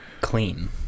clean